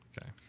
Okay